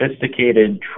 sophisticated